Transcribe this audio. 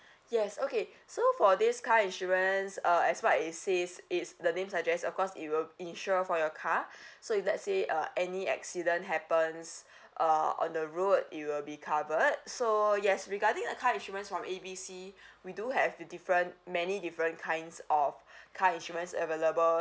yes okay so for this car insurance uh as what it says it's the name suggests of course it will insure for your car so if let's say uh any accident happens uh on the road you will be covered so yes regarding the car insurance from A B C we do have the different many different kinds of car insurance available